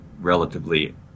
relatively